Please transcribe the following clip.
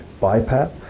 BiPAP